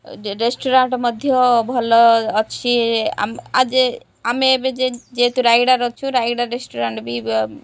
restaurant ମଧ୍ୟ ଭଲ ଅଛି ଆଜି ଆମେ ଏବେ ଯେ ଯେହେତୁ ରାୟଗଡ଼ା ଅଛୁ ରାୟଗଡ଼ା ରେଷ୍ଟୁରାଣ୍ଟବି